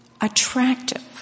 attractive